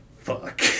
Fuck